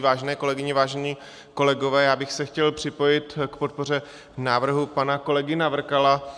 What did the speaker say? Vážené kolegyně, vážení kolegové, já bych se chtěl připojit k podpoře návrhu pana kolegy Navrkala.